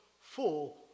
full